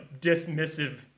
dismissive